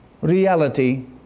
reality